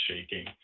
shaking